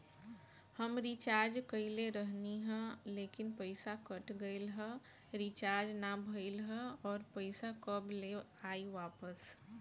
हम रीचार्ज कईले रहनी ह लेकिन पईसा कट गएल ह रीचार्ज ना भइल ह और पईसा कब ले आईवापस?